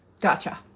Gotcha